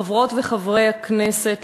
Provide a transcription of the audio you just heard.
חברות וחברי הכנסת,